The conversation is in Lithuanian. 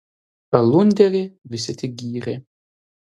alunderį visi tik gyrė